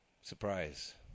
Surprise